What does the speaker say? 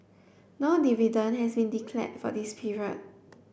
no dividend has been declared for this period